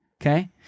okay